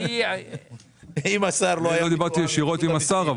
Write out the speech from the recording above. לא דיברתי ישירות עם השר,